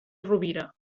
rovira